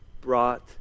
brought